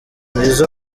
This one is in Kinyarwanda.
nizzo